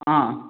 ஆ